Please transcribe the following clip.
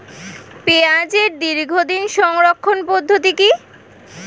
পেঁয়াজের দীর্ঘদিন সংরক্ষণ পদ্ধতি কি?